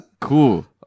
Cool